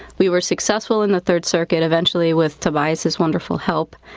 we were successful in the third circuit eventually with tobias's wonderful help,